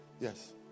Yes